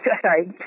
sorry